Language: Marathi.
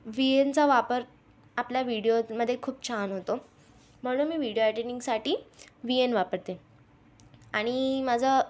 वि एनचा वापर आपल्या विडिओमध्ये खूप छान होतो म्हणून मी विडिओ एडिटिंगसाठी वि एन वापरते आणि माझं